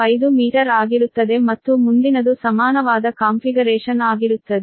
15 metre ಆಗಿರುತ್ತದೆ ಮತ್ತು ಮುಂದಿನದು ಸಮಾನವಾದ ಕಾನ್ಫಿಗರೇಶನ್ ಆಗಿರುತ್ತದೆ